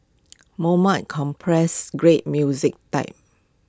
compress great music time